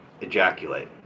ejaculate